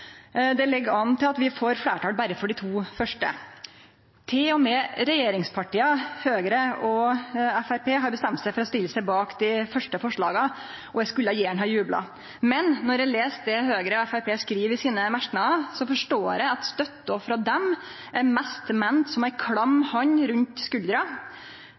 Det ligg an til at vi får fleirtal berre for dei to første. Til og med regjeringspartia, Høgre og Framstegspartiet, har bestemt seg for å stille seg bak dei to første forslaga, og eg skulle gjerne ha jubla. Men når eg les det Høgre og Framstegspartiet skriv i merknadene sine, forstår eg at støtta frå dei er mest meint som ei klam hand rundt skuldra.